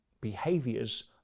behaviors